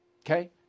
Okay